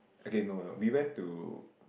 okay no no we went to